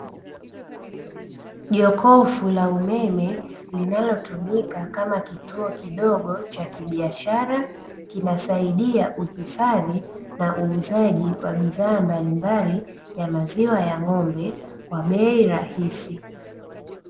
Jokofu la umeme linalotumika kama kituo kidogo cha kibiashara, kinasaidia uhifadhi na uuzaji wa bidhaa mbalimbali ya maziwa ya ng'ombe kwa bei rahisi.